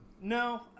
No